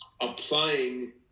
applying